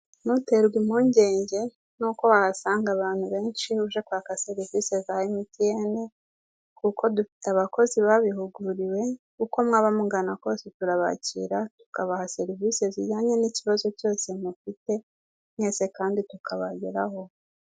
Ntuterwe impungenge n'uko wahasanga abantu benshi uje kwaka serivisi za emutiyeni kuko dufite abakozi babihuguriwe uko mwaba mungana kose turabakira tukabaha serivisi zijyanye n'ikibazo cyose mufite mwese kandi tukabageraho.